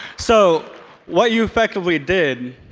so what you effectively did